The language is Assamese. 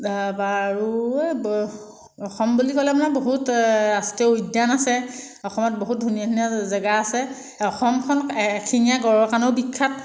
তাৰপৰা আৰু এই অসম বুলি ক'লে মানে বহুত ৰাষ্ট্ৰীয় উদ্যান আছে অসমত বহুত ধুনীয়া ধুনীয়া জেগা আছে অসমখন এশিঙীয়া গঁড়ৰ কাৰণেও বিখ্যাত